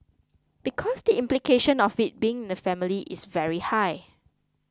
because the implication of it being in the family is very high